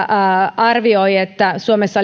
arvioi että suomessa